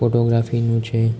ફોટોગ્રાફીનું છે